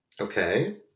Okay